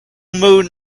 moon